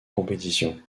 compétition